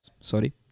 sorry